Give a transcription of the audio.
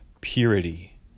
purity